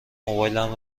موبایلم